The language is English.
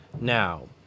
Now